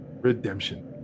redemption